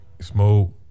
smoke